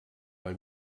bei